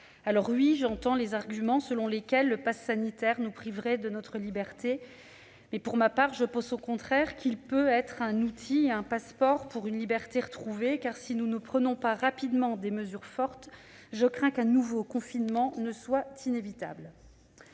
fortement. J'entends les arguments selon lesquels le passe sanitaire nous priverait de notre liberté. Pour ma part, je pense au contraire qu'il peut constituer un passeport pour une liberté retrouvée, car, si nous ne prenons pas rapidement des mesures fortes, je crains qu'un nouveau confinement ne soit inévitable.